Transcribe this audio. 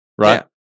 Right